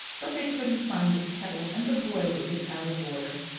but they couldn't find the kettle, and the boiler was out of order.